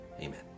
amen